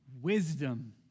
Wisdom